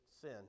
sin